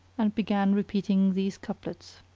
and began repeating these couplets